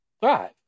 five